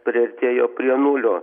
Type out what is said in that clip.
priartėjo prie nulio